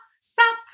stop